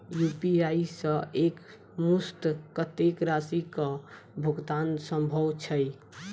UPI सऽ एक मुस्त कत्तेक राशि कऽ भुगतान सम्भव छई?